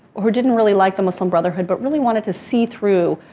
who didn't really like the muslim brotherhood, but really wanted to see through,